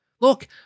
Look